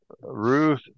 Ruth